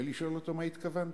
ולשאול אותו: מה התכוונת?